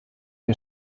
der